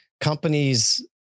companies